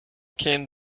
came